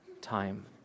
time